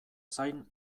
zain